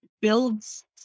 builds